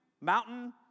Mountain